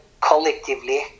collectively